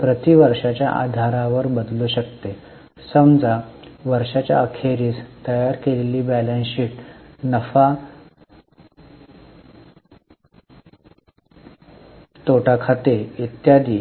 प्रति वर्षाच्या आधारावर बदलू शकते समजा वर्षाच्या अखेरीस तयार केलेली बॅलन्स शीट नफा तोटा खाते इत्यादी